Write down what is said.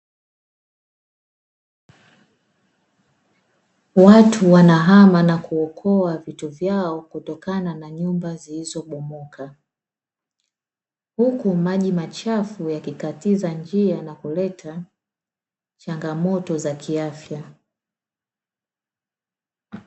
Watu wanahama na kuokoa vitu vyao kutokana na nyumba zilizobomoka huku maji machafu yakikatiza njia na kuleta changamoto za kiafya.